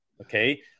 Okay